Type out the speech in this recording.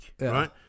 right